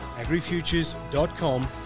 agrifutures.com